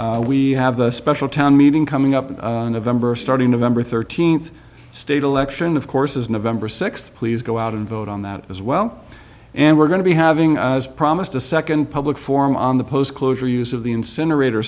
we have a special town meeting coming up starting a member thirteenth state election of course is november sixth please go out and vote on that as well and we're going to be having as promised a second public forum on the post closure use of the incinerator